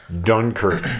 Dunkirk